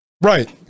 Right